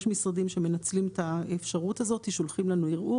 יש משרדים שמנצלים את האפשרות הזאת - שולחים לנו ערעור,